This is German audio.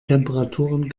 temperaturen